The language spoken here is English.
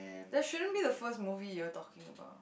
that shouldn't be the first movie you are talking about